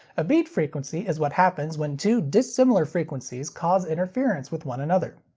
a beat frequency is what happens when two dissimilar frequencies cause interference with one another.